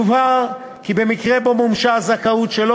יובהר כי במקרה שבו מומשה הזכאות שלא